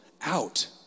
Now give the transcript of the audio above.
out